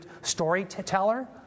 storyteller